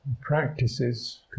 Practices